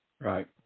Right